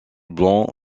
blanc